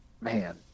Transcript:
man